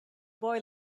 boy